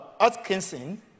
Atkinson